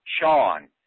Sean